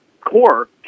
core